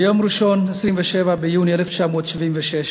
ביום ראשון, 27 ביוני 1976,